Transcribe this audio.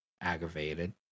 aggravated